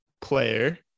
player